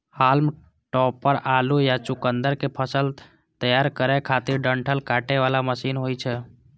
हाल्म topper आलू या चुकुंदर के फसल तैयार करै खातिर डंठल काटे बला मशीन होइ छै